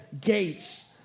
gates